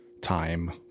time